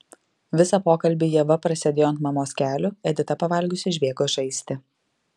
visą pokalbį ieva prasėdėjo ant mamos kelių edita pavalgiusi išbėgo žaisti